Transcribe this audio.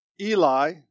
Eli